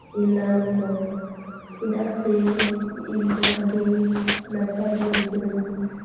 ᱮᱢᱟᱱ ᱠᱚ ᱪᱮᱫᱟᱜ ᱥᱮ ᱤᱧ ᱫᱚ ᱟᱹᱰᱤ ᱱᱟᱯᱟᱭ ᱜᱮ ᱩᱱᱠᱩ ᱫᱚᱧ